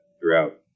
throughout